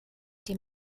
dem